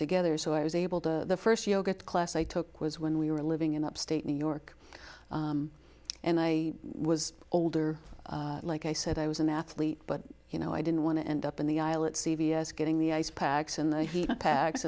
together so i was able the first yoga class i took was when we were living in upstate new york and i was older like i said i was an athlete but you know i didn't want to end up in the aisle at c v s getting the ice packs and the heat